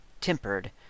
tempered